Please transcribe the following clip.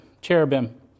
cherubim